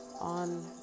on